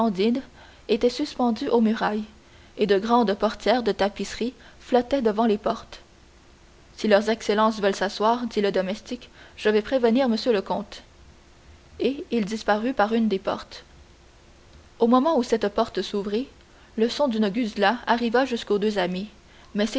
étaient suspendus aux murailles et de grandes portières de tapisserie flottaient devant les portes si leurs excellences veulent s'asseoir dit le domestique je vais prévenir m le comte et il disparut par une des portes au moment où cette porte s'ouvrit le son d'une guzla arriva jusqu'aux deux amis